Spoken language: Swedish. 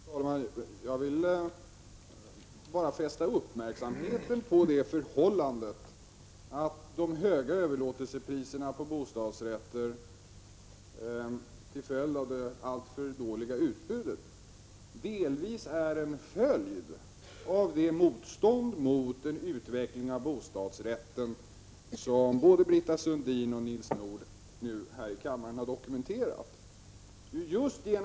Fru talman! Jag vill bara fästa uppmärksamheten på det förhållandet att de höga överlåtelsepriserna på bostadsrätter och det alltför dåliga utbudet delvis är en följd av det motstånd mot en utveckling av bostadsrätter som både Britta Sundin och Nils Nordh har dokumenterat här i kammaren.